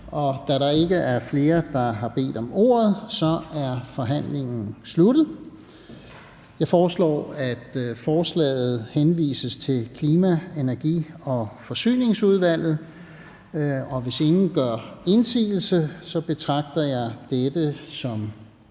Da der ikke er flere, der har bedt om ordet, er forhandlingen sluttet. Jeg foreslår, at lovforslaget henvises til Klima-, Energi- og Forsyningsudvalget. Hvis ingen gør indsigelse, betragter jeg dette som